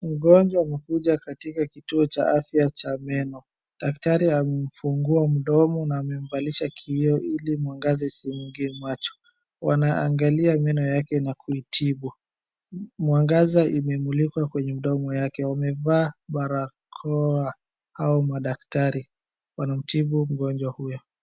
Mgonjwa amekuja katika kituo cha afya cha meno daktari amemfungua mdomo na amemvalisha kioo ili mwangaza isimuingie macho .Wanaangalia meno yake na kuitibu mwangaza imemulika kwenye mdomo yake wamevaa barakoa hao madaktari wanamtibu mgonjwa huyo.